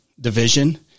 division